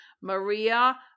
Maria